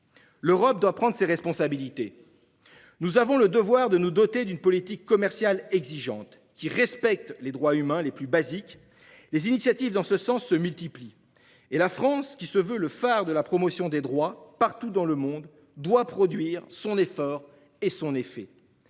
L'Europe doit prendre ses responsabilités. Nous avons le devoir de nous doter d'une politique commerciale exigeante respectant les droits humains les plus basiques. Les initiatives dans ce sens se multiplient, et la France, qui se veut le phare de la promotion des droits partout dans le monde, doit produire son effort et son effet.